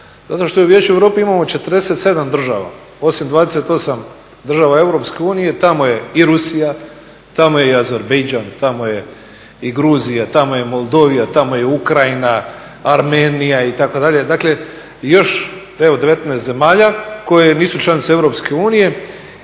Zato što u Vijeću Europe imamo 47 država, osim 28 država EU tamo je i Rusija, tamo je i Azerbajdžan, tamo je i Gruzija, Moldavija, Ukrajina, Armenija itd. dakle još evo 19 zemalja koje nisu članice EU.